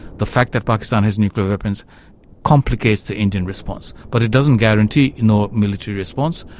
the fact that pakistan has nuclear weapons complicates the indian response, but it doesn't guarantee no military response,